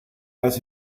als